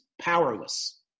powerless